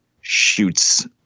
shoots